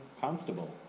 constable